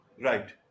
Right